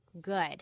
good